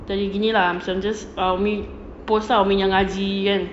macam gini lah macam just umi post ah umi punya ngaji kan